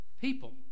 people